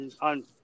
on